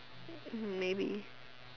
maybe